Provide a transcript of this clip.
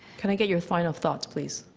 can i get your final thoughts, please?